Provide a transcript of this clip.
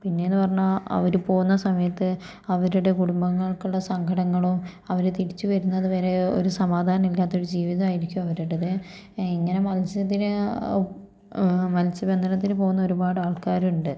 പിന്നെയെന്നു പറഞ്ഞാൽ അവർ പോകുന്ന സമയത്ത് അവരുടെ കുടുംബങ്ങൾക്കുള്ള സങ്കടങ്ങളോ അവർ തിരിച്ചു വരുന്നതു വരെ ഒരു സമാധാനം ഇല്ലാത്തൊരു ജീവിതമായിരിക്കും അവരുടേത് ഇങ്ങനെ മത്സ്യത്തിന് മത്സ്യ ബന്ധനത്തിന് പോകുന്ന ഒരുപാട് ആൾക്കാരുണ്ട്